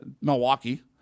Milwaukee